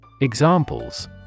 Examples